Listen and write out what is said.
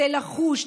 צא לחוש,